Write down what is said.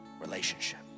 relationship